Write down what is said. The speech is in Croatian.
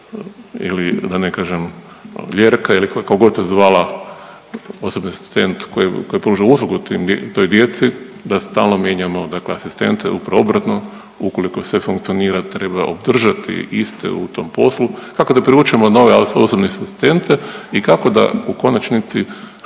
ili da ne kažem Ljerka ili kako god se zvala osobni asistent koji, koji pruža uslugu toj djeci, da stalno mijenjamo dakle asistente, upravo obratno ukoliko sve funkcionira treba održati iste u tom poslu, kako da privučemo nove osobne asistente i kako da u konačnici što